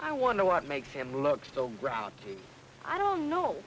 i wonder what makes him look the route i don't know